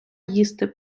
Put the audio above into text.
їсти